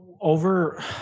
over